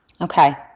Okay